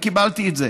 וקיבלתי את זה,